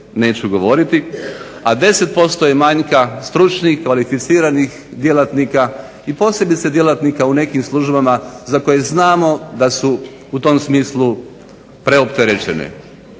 neću govoriti, a 10% je manjka stručnih, kvalificiranih djelatnika i posebice djelatnika u nekim službama za koje znamo da su u tom smislu preopterećene.